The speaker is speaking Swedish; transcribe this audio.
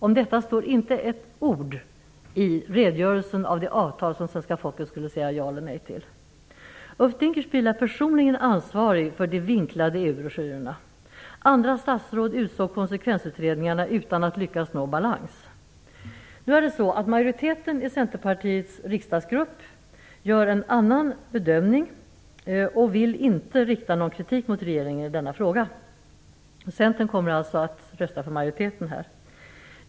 Om detta står inte ett ord i redogörelsen för det avtal som det svenska folket skulle säga ja eller nej till. Ulf Dinkelspiel är personligen ansvarig för de vinklade EU-broschyrerna. Andra statsråd utsåg konsekvensutredningarna utan att lyckas nå balans. Majoriteten i Centerpartiets riksdagsgrupp gör en annan bedömning och vill inte rikta någon kritik mot regeringen i denna fråga. Centern kommer alltså att rösta med majoriteten här.